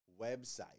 website